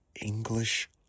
English